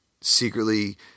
secretly